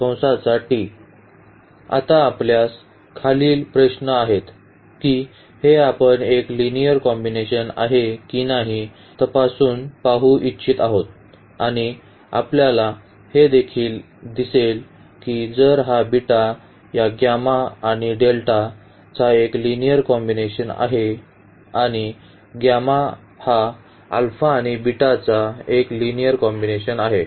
आता आपल्यास खालील प्रश्न आहेत की हे आपण एक लिनिअर कॉम्बिनेशन आहे की नाही हे तपासून पाहू इच्छित आहोत आणि आपल्याला हे देखील दिसेल की जर हा बीटा या आणि चा एक लिनिअर कॉम्बिनेशन आहे आणि हा आणि चा एक लिनिअर कॉम्बिनेशन आहे